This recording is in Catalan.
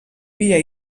via